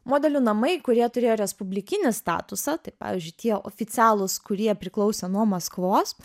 modelių namai kurie turėjo respublikinį statusą tai pavyzdžiui tie oficialūs kurie priklausė nuo maskvos